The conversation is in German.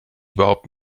überhaupt